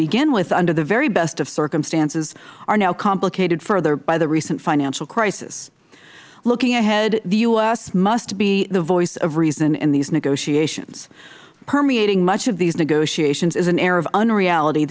begin with under the very best of circumstances are now complicated further by the recent financial crisis looking ahead the u s must be the voice of reason in these negotiations permeating much of these negotiations is an air of unreality